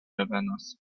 revenas